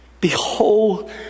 behold